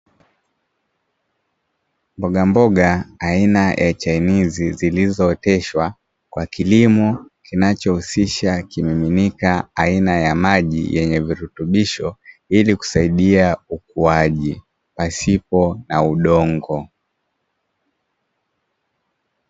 Mboga mboga aina ya chainizi zilizooteshwa kwa kilimo kinachohusisha kimiminika aina ya maji, yenye virutubisho ili kusaidia ukuwaji pasipo na udongo.